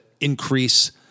increase